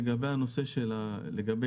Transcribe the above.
לגבי הנושא של איטליה,